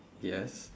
yes